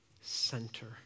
center